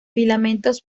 filamentos